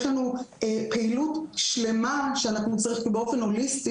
יש לנו פעילות שלמה שאנחנו גם עושים באופן הוליסטי